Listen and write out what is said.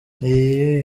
iyi